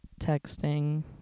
texting